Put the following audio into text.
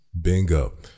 Bingo